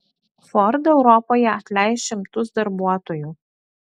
ford europoje atleis šimtus darbuotojų